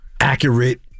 accurate